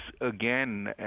again